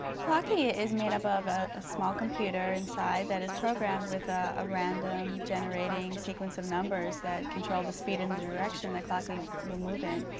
clocky is made up of ah a small computer inside that is programmed with a random generating sequence of numbers that control the speed and the direction that clocky will move in.